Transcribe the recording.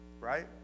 right